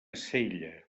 sella